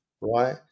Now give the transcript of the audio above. right